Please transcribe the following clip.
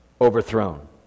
overthrown